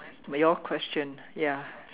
your question ya